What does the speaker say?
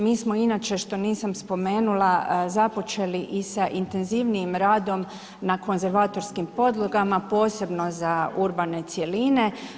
Mi smo inače što nisam spomenula započeli i sa intenzivnijim radom na konzervatorskim podlogama, posebno za urbane cjeline.